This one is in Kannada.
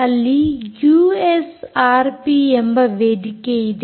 ಅಲ್ಲಿ ಯೂಎಸ್ಆರ್ಪಿ ಎಂಬ ವೇದಿಕೆಯಿದೆ